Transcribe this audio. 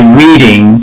reading